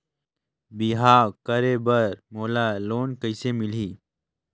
बिहाव करे बर मोला लोन कइसे मिलही?